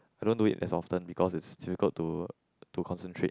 I don't do it as often because it's still got to to concentrate